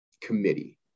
committee